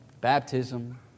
baptism